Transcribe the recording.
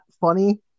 funny